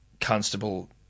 constable